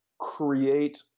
create